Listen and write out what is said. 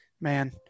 man